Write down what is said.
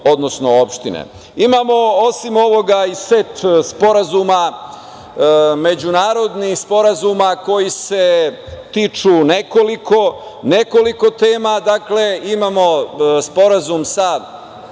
odnosno opštine. Imamo osim ovoga i set sporazuma, međunarodnih sporazuma koji se tiču nekoliko tema. Imamo sporazum sa